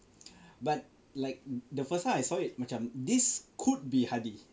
like the first time I saw it macam this could be Hadi